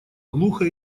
глухо